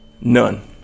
None